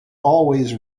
always